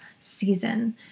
season